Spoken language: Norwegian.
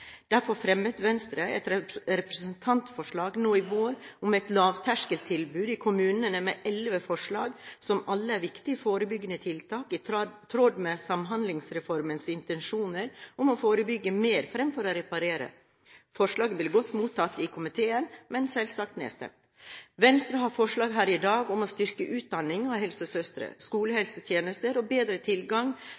Derfor fremmet Venstre nå i vår et representantforslag om et lavterskeltilbud i kommunene med elleve forslag, som alle er viktige forebyggende tiltak i tråd med Samhandlingsreformens intensjoner om å forebygge mer fremfor å reparere. Representantforslaget ble godt mottatt i komiteen, men selvsagt nedstemt. Venstre fremmer i dag forslag om å styrke utdanningen av helsesøstre